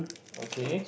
okay